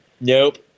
Nope